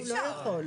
אתה לא יכול.